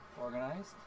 Organized